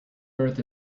earth